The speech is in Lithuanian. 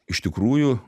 iš tikrųjų